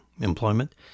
employment